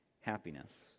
happiness